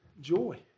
joy